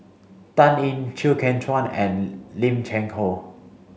Dan Ying Chew Kheng Chuan and Lim Cheng Hoe